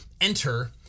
Enter